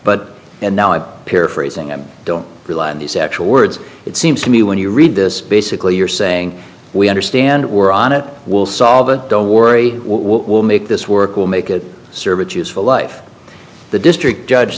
but and now i'm paraphrasing and don't rely on these actual words it seems to me when you read this basically you're saying we understand we're on it will solve it don't worry we will make this work we'll make it serve a useful life the district judge